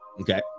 Okay